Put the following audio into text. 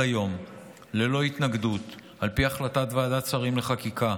היום ללא התנגדות על פי החלטת ועדת שרים לחקיקה,